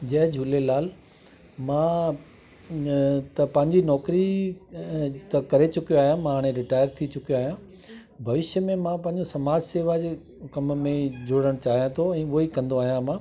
जय झूलेलाल मां पंहिंजी नौकिरी त करे चुकियो आहियां मां हाणे रिटायर थी चुकियो आहियां भविष्य में मां पंहिंजो समाज शेवा जो कमु में ई जोड़नि चाहियां थो इहे उहो ई कंदो आहियां